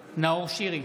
בעד נאור שירי,